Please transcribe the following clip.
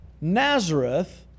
Nazareth